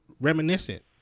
reminiscent